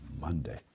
Monday